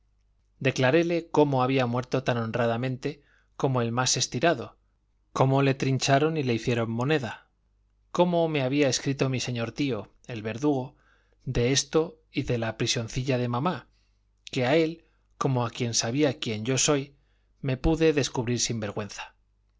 declaréle cómo había muerto tan honradamente como el más estirado cómo le trincharon y le hicieron moneda cómo me había escrito mi señor tío el verdugo de esto y de la prisioncilla de mama que a él como a quien sabía quién yo soy me pude descubrir sin vergüenza